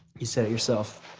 you said it yourself,